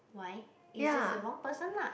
why is just the wrong person lah